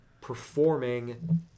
performing